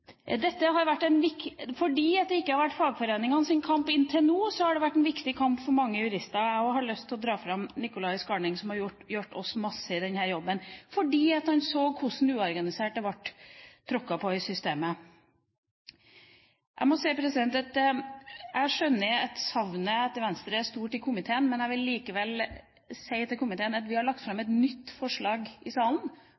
Fordi det ikke har vært fagforeningenes kamp inntil nå, har det vært en viktig kamp for mange jurister, og jeg har lyst til å trekke fram Nicolay Skarning, som har hjulpet oss masse i denne jobben, fordi han så hvordan uorganiserte ble tråkket på i systemet. Jeg må si at jeg skjønner at savnet etter Venstre er stort i komiteen, men jeg vil likevel si til komiteen at vi har lagt fram